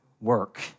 work